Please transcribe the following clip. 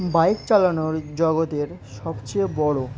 bike চালানোর জগতের সবচেয়ে বড়